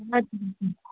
हजुर